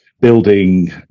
building